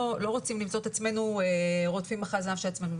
רוצים למצוא את עצמנו רודפים אחרי הזנב של עצמנו.